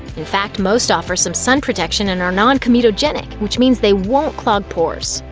in fact, most offer some sun protection and are non-comedogenic, which means they won't clog pores.